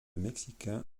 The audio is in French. mexicain